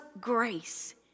grace